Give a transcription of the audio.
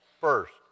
First